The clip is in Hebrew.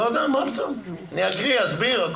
מה פתאום, אני אקרא ואסביר.